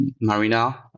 Marina